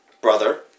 Brother